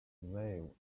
wave